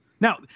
Now